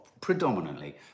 predominantly